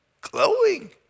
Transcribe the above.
Glowing